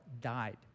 died